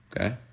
Okay